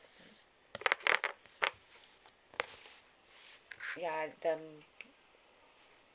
ya the